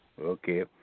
Okay